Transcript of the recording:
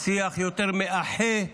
השיח יותר מאחה,